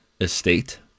estate